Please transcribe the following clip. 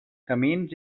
camins